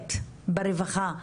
מטופלת ברווחה,